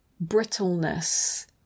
brittleness